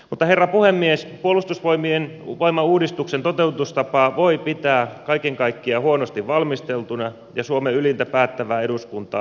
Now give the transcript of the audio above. mutta herra puhemies puolustusvoimauudistuksen toteutustapaa voi pitää kaiken kaikkiaan huonosti valmisteltuna ja suomen ylintä päättävää elintä eduskuntaa halventavana